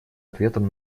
ответом